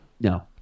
No